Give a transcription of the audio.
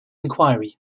inquiry